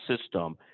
system